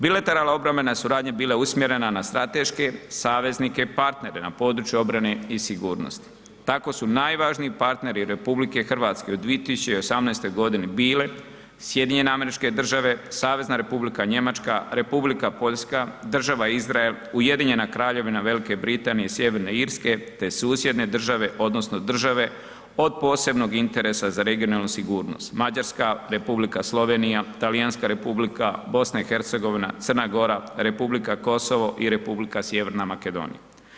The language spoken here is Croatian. Bilateralna obrambena suradnja bila je usmjerena na strateške saveznike i partnere na području obrane i sigurnosti, tako su najvažniji partneri RH u 2018.g. bili SAD, SR Njemačka, Republika Poljska, država Izrael, Ujedinjena kraljevina Velike Britanije i Sjeverne Irske, te susjedne države odnosno države od posebnog interesa za regionalnu sigurnost, Mađarska, Republika Slovenija, Talijanska Republika, BiH, Crna Gora, Republika Kosovo i Republika Sjeverna Makedonija.